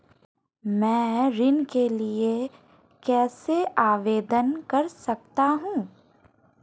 मैं ऋण के लिए कैसे आवेदन कर सकता हूं?